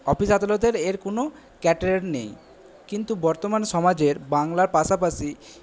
office আদালতের এর কোনো ক্যাটারার নেই কিন্তু বর্তমান সমাজের বাংলার পাশাপাশি